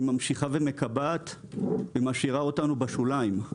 היא ממשיכה ומקבעת ומשאירה אותנו בשוליים.